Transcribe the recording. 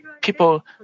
people